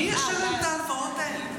מי ישלם את ההלוואות האלה?